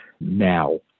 now